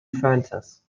frances